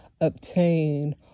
obtain